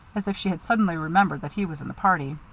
as if she had suddenly remembered that he was in the party.